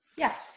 Yes